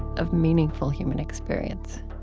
of meaningful human experience.